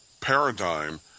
paradigm